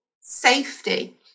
safety